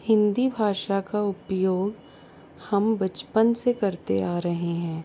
हिंदी भाषा का उपयोग हम बचपन से करते आ रहे हैं